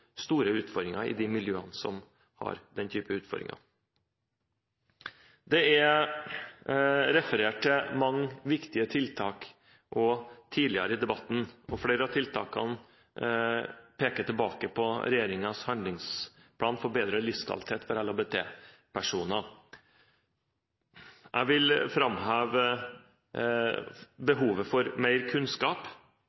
store utfordringer i de miljøene som har den type utfordringer. Det er referert til mange viktige tiltak tidligere i debatten. Flere av tiltakene peker tilbake på regjeringens handlingsplan for bedre livskvalitet for LHBT-personer. Jeg vil framheve